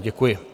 Děkuji.